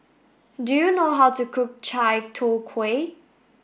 do you know how to cook Chai Tow Kway